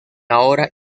ahora